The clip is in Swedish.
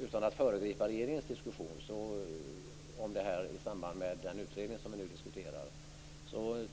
Utan att föregripa regeringens diskussion om det här i samband med den utredning som vi nu diskuterar